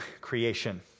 creation